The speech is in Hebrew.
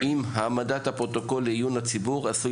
אם העמדת הפרוטוקול לעיון הציבור עשוי